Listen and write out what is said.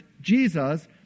Jesus